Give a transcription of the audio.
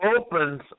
opens